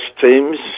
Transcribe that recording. teams